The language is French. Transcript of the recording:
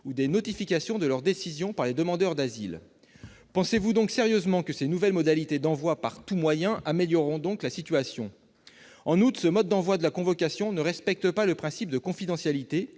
ou des notifications de décision par les demandeurs d'asile. Pensez-vous donc sérieusement que ces nouvelles modalités d'envoi « par tout moyen » amélioreront la situation ? En outre, ce mode d'envoi de la convocation ne respecte pas le principe de confidentialité,